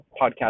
podcast